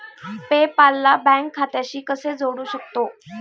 पे पाल ला बँक खात्याशी कसे जोडू शकतो?